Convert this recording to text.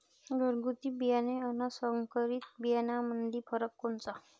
घरगुती बियाणे अन संकरीत बियाणामंदी फरक कोनचा?